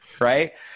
right